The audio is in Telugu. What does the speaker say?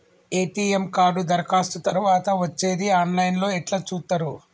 ఎ.టి.ఎమ్ కార్డు దరఖాస్తు తరువాత వచ్చేది ఆన్ లైన్ లో ఎట్ల చూత్తరు?